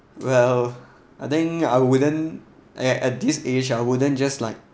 well I think I wouldn't at at this age I wouldn't just like